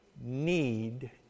need